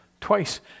Twice